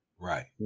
Right